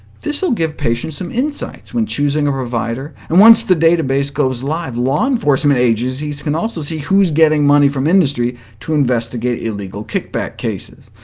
this will give patients some insights when choosing a provider and once the database goes live, law enforcement agencies can also see who's getting money from industry to investigate illegal kickback cases.